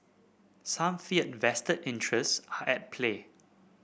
some fear vested interest play